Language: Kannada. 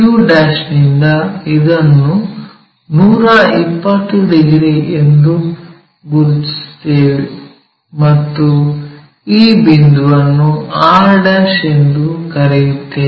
q ನಿಂದ ಇದನ್ನು 120 ಡಿಗ್ರಿ ಎಂದು ಗುರುತಿಸುತ್ತೇವೆ ಮತ್ತು ಈ ಬಿಂದುವನ್ನು r ಎಂದು ಕರೆಯುತ್ತೇವೆ